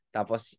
Tapos